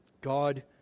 God